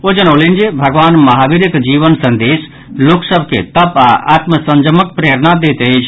ओ जनौलनि जे भगवान महावीरक जीवन संदेश लोकसभ के तप आ आत्मसंयमक प्रेरणा दैत अछि